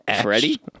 Freddie